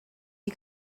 you